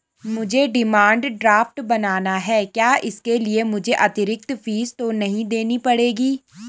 मुझे demand draft बनाना है क्या इसके लिए मुझे अतिरिक्त फीस तो नहीं देनी पड़ेगी?